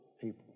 people